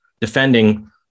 defending